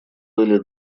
были